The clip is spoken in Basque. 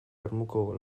ermuko